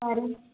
or